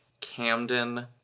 Camden